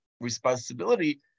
responsibility